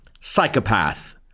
Psychopath